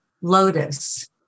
Lotus